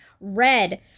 red